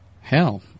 Hell